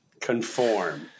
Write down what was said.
conform